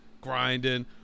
grinding